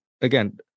Again